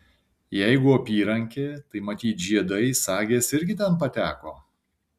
jeigu apyrankė tai matyt žiedai sagės irgi ten pateko